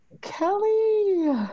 Kelly